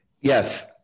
Yes